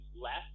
left